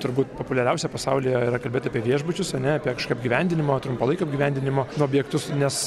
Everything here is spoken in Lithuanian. turbūt populiariausia pasaulyje yra kalbėt apie viešbučius ane apie kaškio apgyvendinimo trumpalaikio apgyvendinimo objektus nes